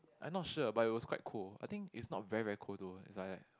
I not sure but it was quite cool I think it's not very very cool though it's like